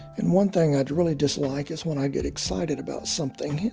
and one thing i really dislike is when i get excited about something,